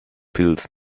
pills